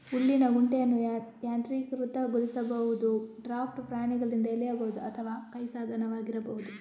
ಹುಲ್ಲಿನ ಕುಂಟೆಯನ್ನು ಯಾಂತ್ರೀಕೃತಗೊಳಿಸಬಹುದು, ಡ್ರಾಫ್ಟ್ ಪ್ರಾಣಿಗಳಿಂದ ಎಳೆಯಬಹುದು ಅಥವಾ ಕೈ ಸಾಧನವಾಗಿರಬಹುದು